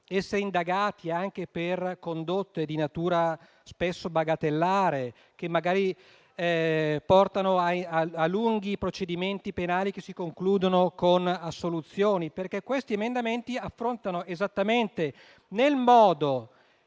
essere indagati anche per condotte di natura spesso bagatellare e che magari portano a lunghi procedimenti penali che poi si concludono con assoluzioni. Tali emendamenti intervengono, nel modo